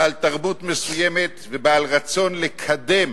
בעל תרבות מסוימת ובעל רצון לקדם